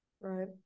Right